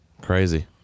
Crazy